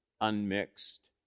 unmixed